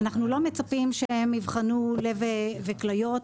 אנחנו לא מצפים שהם יבחנו לב וכליות,